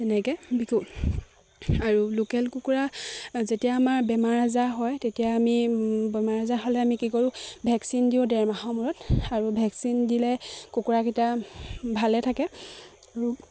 তেনেকে বিকো আৰু লোকেল কুকুৰা যেতিয়া আমাৰ বেমাৰ আজাৰ হয় তেতিয়া আমি বেমাৰ আজাৰ হ'লে আমি কি কৰোঁ ভেকচিন দিওঁ ডেৰ মাহৰ মূৰত আৰু ভেকচিন দিলে কুকুৰাকিটা ভালে থাকে